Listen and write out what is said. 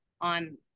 on